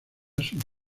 sus